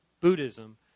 Buddhism